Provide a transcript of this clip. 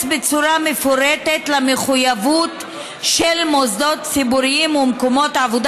בצורה מפורטת למחויבות של מוסדות ציבוריים ומקומות עבודה